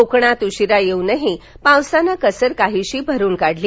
कोकणात उशिरा येऊनही पावसानं कसर काहीशी भरून काढली